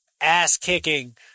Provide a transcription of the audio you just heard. ass-kicking